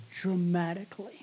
dramatically